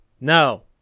No